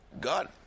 God